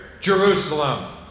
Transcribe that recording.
Jerusalem